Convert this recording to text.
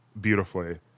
beautifully